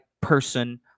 person